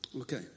Okay